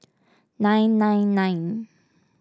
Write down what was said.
nine nine nine